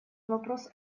вопрос